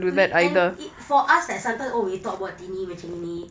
we and it for us like sometimes oh we talk about tini macam gini